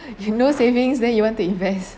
you know savings then you want to invest